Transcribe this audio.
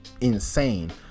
insane